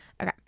Okay